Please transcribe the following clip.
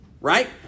right